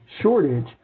shortage